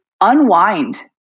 unwind